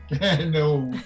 no